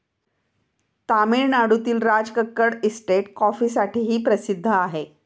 तामिळनाडूतील राजकक्कड इस्टेट कॉफीसाठीही प्रसिद्ध आहे